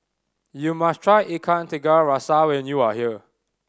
you must try Ikan Tiga Rasa when you are here